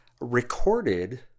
recorded